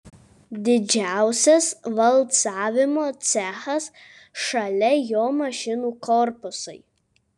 didžiausias valcavimo cechas šalia jo mašinų korpusai